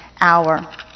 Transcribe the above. hour